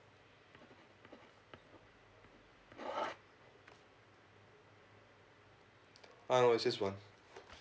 ah it was just one